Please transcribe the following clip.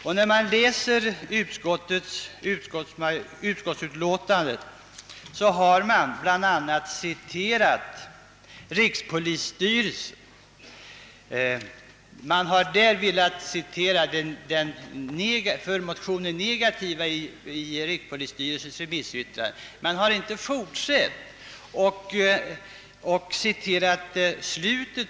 Utskottsmajoriteten har i sitt utlåtande anfört bl.a. vad rikspolisstyrelsen framhållit men endast citerat de för motionen negativa omdömena och inte slutet av yttrandet.